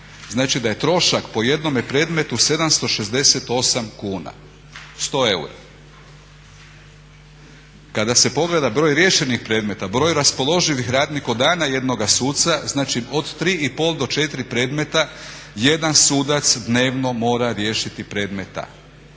znači da je trošak po jednome predmetu 768 kuna, 100 eura. Kada se pogleda broj riješenih predmeta, broj raspoloživih radnih dana jednoga suca znači od 3,5 do 4 predmeta 1 sudac dnevno mora riješiti predmeta.